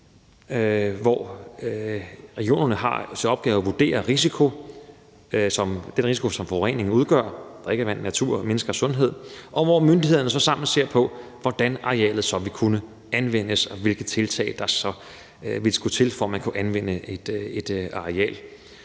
hvor regionerne har til opgave at vurdere den risiko, som forureningen udgør for drikkevandet, naturen og menneskers sundhed, og hvor myndighederne så sammen ser på, hvordan arealet vil kunne anvendes, og hvilke tiltag der vil skulle til, for at man vil kunne anvende et areal.